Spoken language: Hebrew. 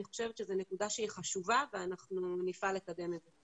אני חושבת שזו נקודה שהיא חשובה ואנחנו נפעל לקדם את זה.